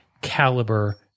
caliber